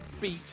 beat